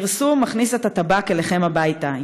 הפרסום מכניס את הטבק אליכם הביתה,